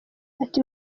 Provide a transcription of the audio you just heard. ati